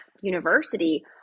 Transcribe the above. university